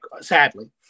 sadly